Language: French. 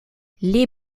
les